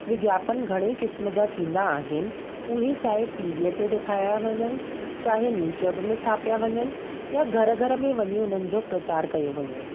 विज्ञापन घणे ई क़िस्मनि जा थींदा आहिनि उहे चाहे टी वीअ ते ॾेखारिया वञनि चाहे न्यूज़पेपर में छापिया वञनि या घर घर में वञी उन्हनि जो प्रचार कयो वञे